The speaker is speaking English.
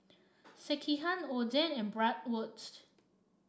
Sekihan Oden and Bratwurst